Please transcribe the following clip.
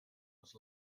was